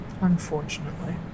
Unfortunately